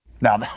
Now